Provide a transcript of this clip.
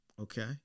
Okay